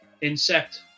insect